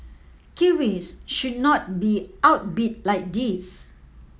kiwis should not be outbid like this